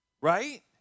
Right